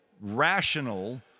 rational